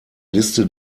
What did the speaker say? liste